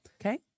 Okay